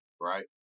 right